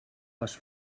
les